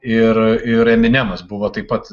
ir ir eminemas buvo taip pat